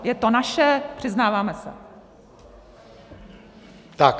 Je to naše, přiznáváme se.